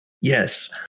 yes